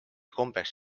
kombeks